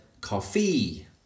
coffee